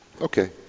Okay